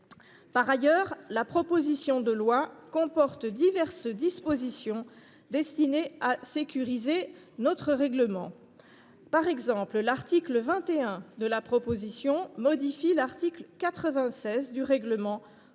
Par ailleurs, la proposition de résolution comporte diverses dispositions destinées à sécuriser notre règlement. Par exemple, l’article 21 modifie l’article 96 du règlement, afin de